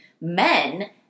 Men